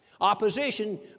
Opposition